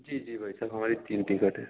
जी जी भाई साहब हमारी तीन टिकट हैं